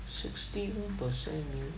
sixty over percent